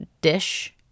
dish